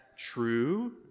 true